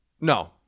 No